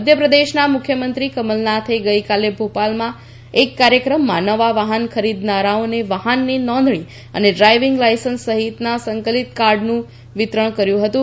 મધ્યપ્રદેશના મુખ્યમંત્રી કમલનાથે ગઈકાલે ભોપાલમાં એક કાર્યક્રમમાં નવા વાહન ખરીદનારાઓને વાહનની નોંધણી અને ડ્રાઈવિંગ લાઈસન્સ સહિતના સંકલીત કાર્ડનું વિતરણ કર્યું હતું